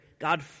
God